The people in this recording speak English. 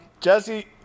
Jesse